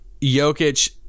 Jokic